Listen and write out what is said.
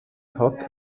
hat